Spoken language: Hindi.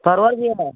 परवल भी है